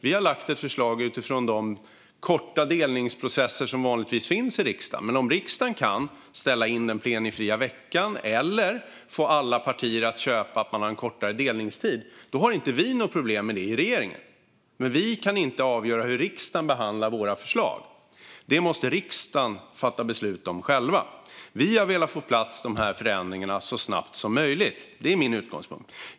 Vi har lagt fram ett förslag utifrån de delningsprocesser som vanligtvis finns i riksdagen. Men om riksdagen kan ställa in plenifria veckor eller få alla partier att köpa en kortare delningstid har regeringen inget problem med det. Men regeringen kan inte avgöra hur riksdagen behandlar dess förslag; det måste riksdagen själv fatta beslut om. Vi har velat få dessa förändringar på plats så snabbt som möjligt.